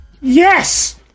Yes